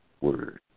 word